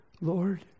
Lord